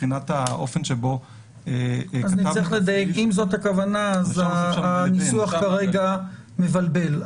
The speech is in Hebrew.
אם זאת הכוונה אז הניסוח הנוכחי מבלבל.